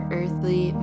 earthly